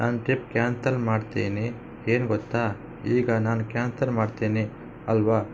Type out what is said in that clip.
ನಾನು trip cancel ಮಾಡ್ತೇನೆ ಏನು ಗೊತ್ತಾ ಈಗ ನಾನು ಕ್ಯಾನ್ತಲ್ ಮಾಡ್ತೇನೆ ಅಲ್ಲವಾ